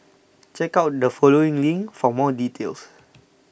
check out the following link for more details